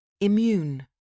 Immune